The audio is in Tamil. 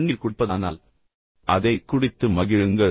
தண்ணீர் குடிக்கிறீர்கள் என்றால் அதைக் குடித்து மகிழுங்கள்